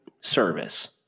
service